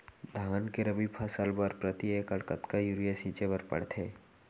धान के रबि फसल बर प्रति एकड़ कतका यूरिया छिंचे बर पड़थे?